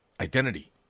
identity